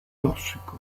tossico